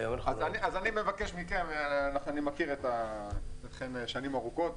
אז אני מבקש מכם - אני מכיר אתכם שנים ארוכות,